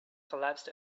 collapsed